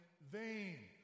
vain